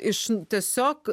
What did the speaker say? iš tiesiog